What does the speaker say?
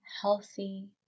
healthy